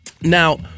Now